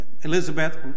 Elizabeth